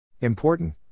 Important